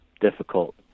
difficult